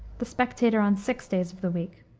the spectator on six, days of the week.